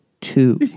two